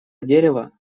дерева